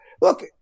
Look